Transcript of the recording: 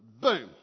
boom